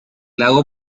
lago